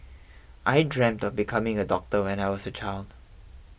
I dreamt of becoming a doctor when I was a child